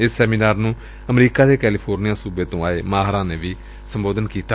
ਇਸ ਸੈਮੀਨਾਰ ਨੂੰ ਅਮਰੀਕਾ ਦਾ ਕੈਲੀਫੋਰਨੀਆ ਸੁਬੇ ਤੋਂ ਆਏ ਮਾਹਿਰਾਂ ਨੇ ਵੀ ਸੰਬੋਧਨ ਕੀਤਾ